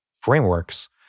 frameworks